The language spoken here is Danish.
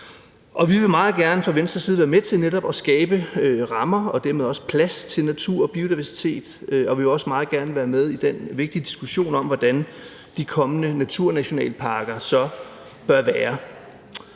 side meget gerne være med til netop at skabe rammer og dermed også plads til natur og biodiversitet, og vi vil også meget gerne være med i den vigtige diskussion om, hvordan de kommende naturnationalparker så bør være.